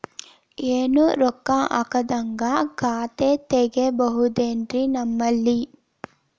ಏನು ರೊಕ್ಕ ಹಾಕದ್ಹಂಗ ಖಾತೆ ತೆಗೇಬಹುದೇನ್ರಿ ನಿಮ್ಮಲ್ಲಿ?